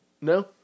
no